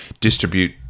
distribute